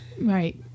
Right